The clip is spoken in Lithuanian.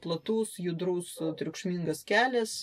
platus judrus triukšmingas kelias